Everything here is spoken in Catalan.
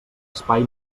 espai